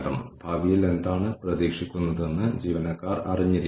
നമ്മുടെ ഓഹരി ഉടമകളെ എങ്ങനെ തൃപ്തിപ്പെടുത്താം എന്നതാണ് സാമ്പത്തിക വീക്ഷണം